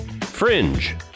Fringe